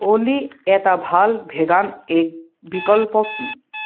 অ'লি এটা ভাল vegan egg বিকল্প কি